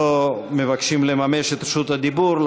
לא מבקשים לממש את רשות הדיבור.